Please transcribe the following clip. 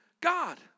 God